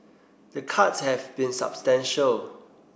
the cuts have been substantial